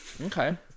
Okay